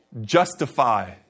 justify